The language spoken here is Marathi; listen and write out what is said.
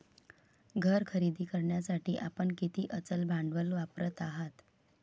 घर खरेदी करण्यासाठी आपण किती अचल भांडवल वापरत आहात?